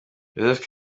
joseph